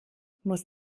muss